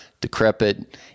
decrepit